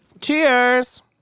Cheers